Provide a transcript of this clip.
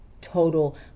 total